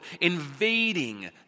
invading